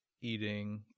eating